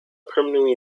permanently